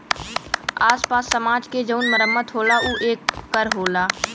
आस पास समाज के जउन मरम्मत होला ऊ ए कर होला